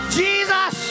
jesus